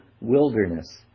wilderness